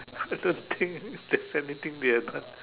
I don't think there's anything they had done